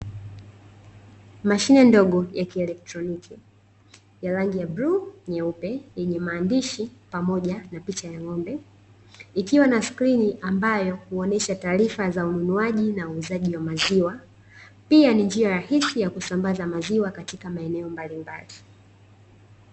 Mashine ndogo ya kieletroniki ya rangi ya bluu na nyeupe yenye maandishi pamoja na picha ya ng'ombe, ikiwa na skrini ambayo huonesha taarifa za mnunuaji na muuzaji wa maziwa, pia ni njia rahisi ya kusambaza maziwa katika maeneo mbalimbali.